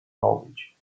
knowledge